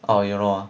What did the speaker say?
oh you know ah